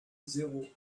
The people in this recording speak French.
zéro